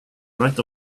right